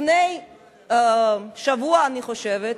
לפני שבוע, אני חושבת,